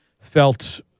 felt